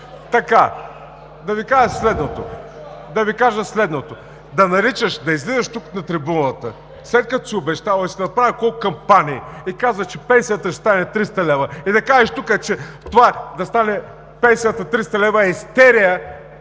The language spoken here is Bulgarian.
Така, да Ви кажа следното. Да излизаш тук на трибуната, след като си обещал и си направил колко кампании, и казваш, че пенсията ще стане 300 лв., и да кажеш тук, че това да стане пенсията 300 лв. е истерия